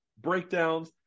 breakdowns